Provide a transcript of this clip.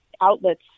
outlets